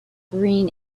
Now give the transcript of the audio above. green